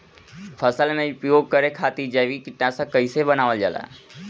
फसल में उपयोग करे खातिर जैविक कीटनाशक कइसे बनावल जाला?